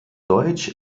deutsch